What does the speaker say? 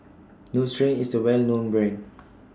Nutren IS A Well known Brand